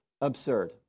absurd